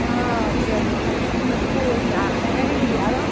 आओर से मन मनपूर छै आओर खेरही आरो